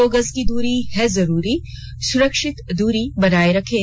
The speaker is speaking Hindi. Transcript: दो गज की दूरी है जरूरी सुरक्षित दूरी बनाए रखें